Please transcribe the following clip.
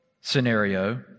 scenario